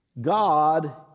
God